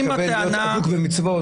לקבל עליכם מצוות.